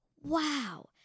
wow